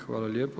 Hvala lijepo.